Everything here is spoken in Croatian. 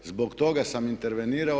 Zbog toga sam intervenirao.